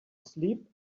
sleep